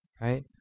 right